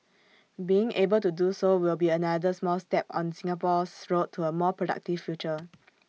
being able to do so will be another small step on Singapore's road to A more productive future